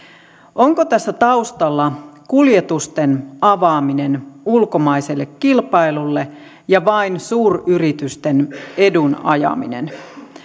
onko tässä taustalla kuljetusten avaaminen ulkomaiselle kilpailulle ja vain suuryritysten edun ajaminen tavalliset